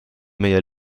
meie